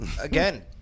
again